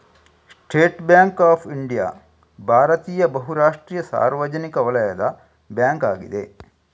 state Bank of India ಭಾರತೀಯ ಬಹು ರಾಷ್ಟ್ರೀಯ ಸಾರ್ವಜನಿಕ ವಲಯದ ಬ್ಯಾಂಕ್ ಅಗಿದೆ